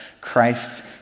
Christ